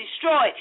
destroyed